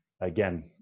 again